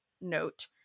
note